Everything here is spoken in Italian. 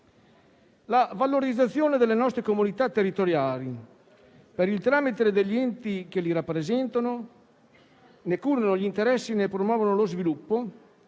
La valorizzazione delle nostre comunità territoriali per il tramite degli enti che li rappresentano, ne curano gli interessi e ne promuovono lo sviluppo